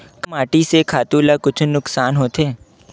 का माटी से खातु ला कुछु नुकसान होथे?